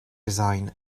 resign